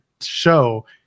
show